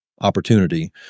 opportunity